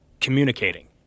communicating